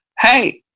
Hey